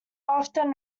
often